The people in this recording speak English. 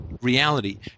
reality